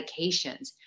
medications